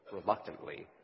reluctantly